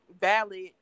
valid